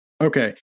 Okay